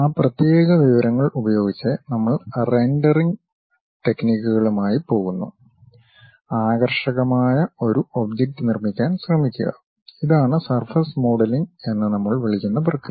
ആ പ്രത്യേക വിവരങ്ങൾ ഉപയോഗിച്ച് നമ്മൾ റെൻഡറിംഗ് ടെക്നിക്കുകളുമായി പോകുന്നു ആകർഷകമായ ഒരു ഒബ്ജക്റ്റ് നിർമ്മിക്കാൻ ശ്രമിക്കുക ഇതാണ് സർഫസ് മോഡലിംഗ് എന്ന് നമ്മൾ വിളിക്കുന്ന പ്രക്രിയ